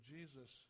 Jesus